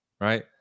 right